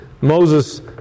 Moses